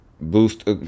boost